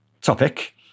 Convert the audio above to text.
topic